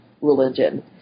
religion